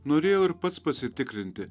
norėjau ir pats pasitikrinti